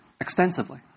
extensively